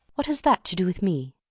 what has that to do with me?